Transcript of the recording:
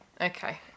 Okay